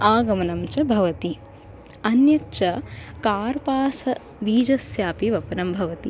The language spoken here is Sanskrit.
आगमनं च भवति अन्यच्च कार्पासबीजस्यापि वपनं भवति